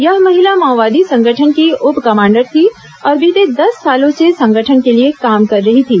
यह महिला माओवादी संगठन की उप कमांडर थी और बीते दस सालों से संगठन के लिए काम कर रही थी